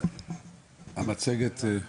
אנחנו